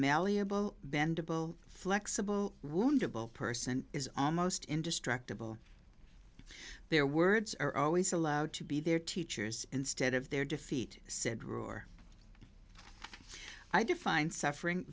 bendable flexible wounded person is almost indestructible their words are always allowed to be their teachers instead of their defeat said ruler i define suffering